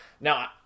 Now